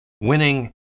winning